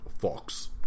Fox